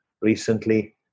recently